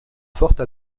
forte